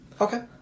Okay